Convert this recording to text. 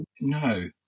no